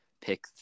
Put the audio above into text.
pick